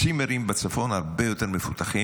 הצימרים בצפון הרבה יותר מפותחים.